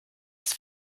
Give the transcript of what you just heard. des